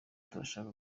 turashaka